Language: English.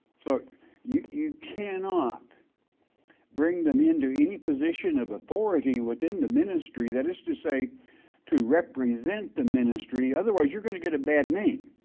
so you you cannot bring them into any position of authority within the ministry, that is to say to represent the ministry, otherwise you're gonna get a bad name,